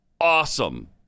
awesome